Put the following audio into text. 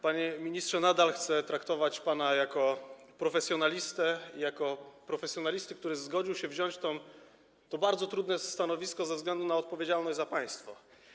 Panie ministrze, nadal chcę traktować pana jako profesjonalistę, który zgodził się wziąć to bardzo trudne stanowisko ze względu na odpowiedzialność za państwo.